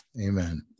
Amen